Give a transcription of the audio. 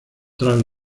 tras